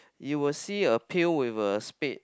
you will see a pail with a spade